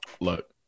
Look